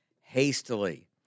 hastily